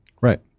Right